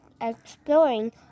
exploring